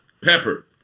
pepper